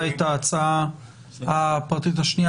שהניחה את הצעת החוק הפרטית השנייה,